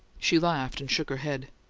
she laughed and shook her head.